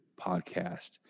podcast